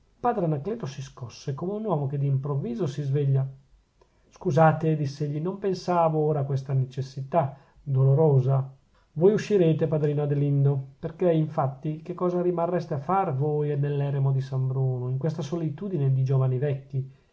padre anacleto si scosse come uomo che d'improvviso si sveglia scusate diss'egli non pensavo ora a questa necessità dolorosa voi uscirete padrino adelindo perchè infatti che cosa rimarreste a far voi nell'eremo di san bruno in questa solitudine di giovani vecchi